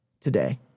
today